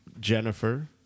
Jennifer